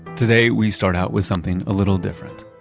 today we start out with something a little different.